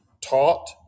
taught